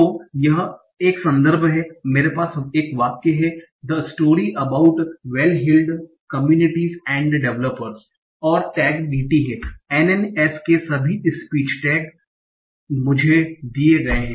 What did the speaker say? तो यह एक संदर्भ है मेरे पास एक वाक्य हैं the stories about well heeled communities and developers और टैग DT हैं NNS के सभी स्पीच टैग मुझे दिए गए हैं